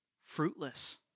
fruitless